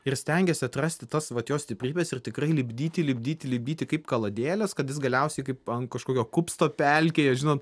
ir stengiesi atrasti tas vat jo stiprybės ir tikrai lipdyti lipdyti lipdyti kaip kaladėles kad jis galiausiai kaip ant kažkokio kupsto pelkėje žinot